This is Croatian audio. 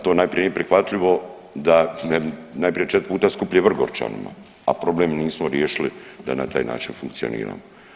To najprije nije prihvatljivo da, najprije 4 puta skuplje Vrgorčanima, a problem nismo riješili da na taj način funkcioniramo.